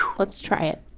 let's try it,